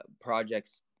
projects